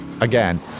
Again